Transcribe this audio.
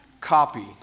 copy